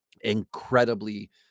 incredibly